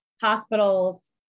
hospitals